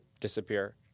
disappear